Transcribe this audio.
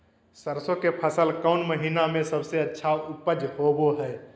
सरसों के फसल कौन महीना में सबसे अच्छा उपज होबो हय?